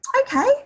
okay